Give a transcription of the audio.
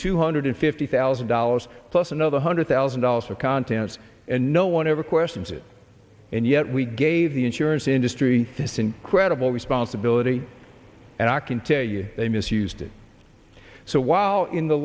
two hundred fifty thousand dollars plus another hundred thousand dollars for contents and no one ever questions it and yet we gave the insurance industry this incredible responsibility and i can tell you they misused it so while in the